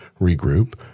regroup